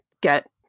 get